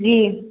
जी